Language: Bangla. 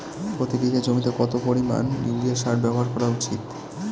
প্রতি বিঘা জমিতে কত পরিমাণ ইউরিয়া সার ব্যবহার করা উচিৎ?